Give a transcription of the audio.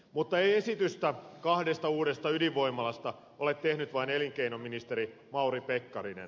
mutta ei esitystä kahdesta uudesta ydinvoimalasta ole tehnyt vain elinkeinoministeri mauri pekkarinen